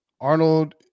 Arnold